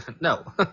No